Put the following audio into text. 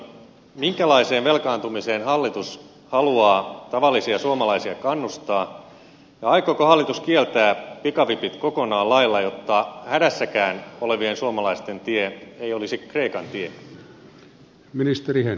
minkälaiseen velkaantumiseen hallitus haluaa tavallisia suomalaisia kannustaa ja aikooko hallitus kieltää pikavipit kokonaan lailla jotta hädässäkään olevien suomalaisten tie ei olisi kreikan tie